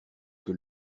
que